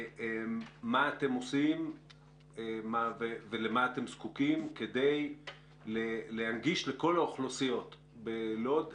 מה אתם עושים ולמה אתם זקוקים כדי להנגיש לכל האוכלוסיות בלוד,